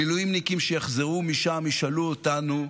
המילואימניקים שיחזרו משם ישאלו אותנו: